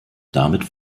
damit